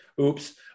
Oops